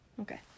Okay